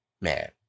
man